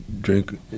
Drink